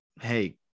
hey